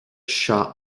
seo